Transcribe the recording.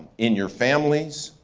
in your families,